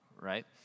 Right